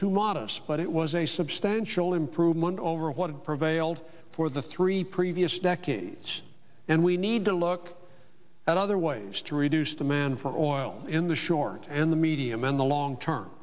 too modest but it was a substantial improvement over what prevailed for the three previous decades and we need to look at other ways to reduce demand for oil in the short and the medium in the long term